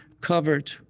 covered